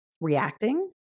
reacting